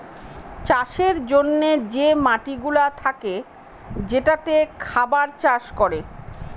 চাষের জন্যে যে মাটিগুলা থাকে যেটাতে খাবার চাষ করে